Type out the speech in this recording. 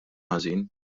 ħażin